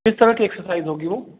کس طرح کی ایکسرسائز ہوگی وہ